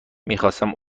میخواستم